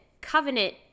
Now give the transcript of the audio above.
covenant